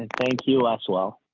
and thank you as well.